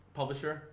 publisher